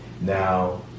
Now